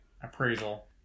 appraisal